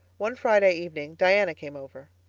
one friday evening diana came over.